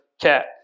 cat